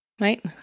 right